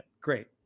Great